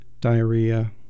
Diarrhea